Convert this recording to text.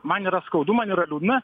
man yra skaudu man yra liūdna